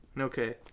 Okay